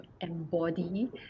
embody